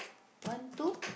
one two